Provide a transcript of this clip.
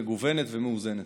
מגוונת ומאוזנת.